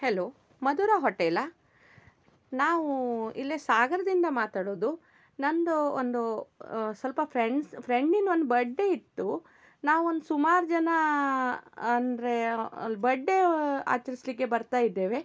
hello Madhura ಹೋಟೆಲ್ಲಾ ನಾವು ಇಲ್ಲೇ ಸಾಗರದಿಂದ ಮಾತಾಡೋದು ನಂದು ಒಂದು ಸ್ವಲ್ಪ ಫ್ರೆಂಡ್ಸ್ ಫ್ರೆಂಡಿಂದ ಒಂದು ಬರ್ಡೇ ಇತ್ತು ನಾವು ಒಂದು ಸುಮಾರು ಜನ ಅಂದರೆ ಅಲ್ಲಿ ಬರ್ಡೇ ಆಚರಿಸ್ಲಿಕ್ಕೆ ಬರ್ತಾಯಿದ್ದೇವೆ